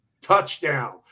touchdown